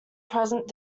present